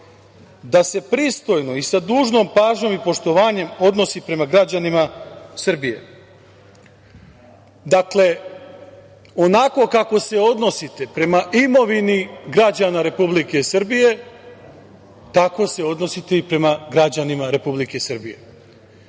da se pristojno i da dužnom pažnjom i poštovanjem odnosi prema građanima Srbije. Onako kako se odnosite prema imovini građana Republike Srbije, tako se odnosite i prema građanima Republike Srbije.